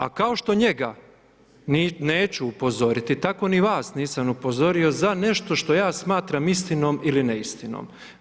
A kao što njega, neću upozoriti, tako ni vas nisam upozorio za nešto što ja smatram istinom ili neistinom.